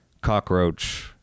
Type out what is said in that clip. Cockroach